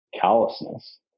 callousness